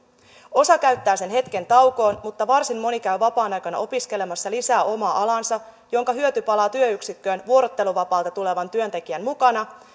osa käyttää sen hetken taukoon mutta varsin moni käy vapaa aikana opiskelemassa lisää omaa alaansa minkä hyöty palaa työyksikköön vuorotteluvapaalta tulevan työntekijän mukana